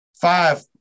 five